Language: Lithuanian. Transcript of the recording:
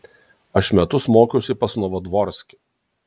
aš metus mokiausi pas novodvorskį